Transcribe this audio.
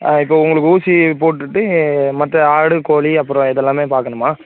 ஆ இப்போ உங்களுக்கு ஊசி போட்டுட்டு மற்ற ஆடு கோழி அப்புறம் இது எல்லாமே பார்க்கணுமா